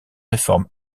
réformes